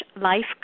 life